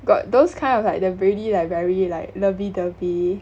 got those kind of like the really like very like lovey dovey